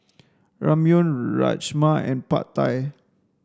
Ramyeon Rajma and Pad Thai